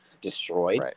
destroyed